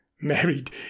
married